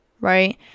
right